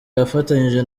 yafatanyije